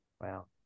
wow